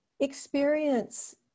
experience